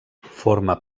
forma